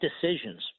decisions